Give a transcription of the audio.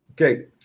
Okay